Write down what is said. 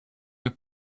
your